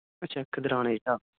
ਅੱਛਾ ਖਿਦਰਾਣੇ ਦੀ ਢਾਬ